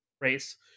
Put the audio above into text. race